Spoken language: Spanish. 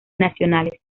nacionales